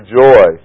joy